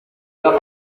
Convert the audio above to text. era